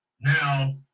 Now